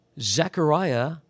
Zechariah